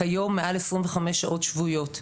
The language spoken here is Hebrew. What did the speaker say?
מעל 25 שעות שבועיות.